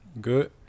Good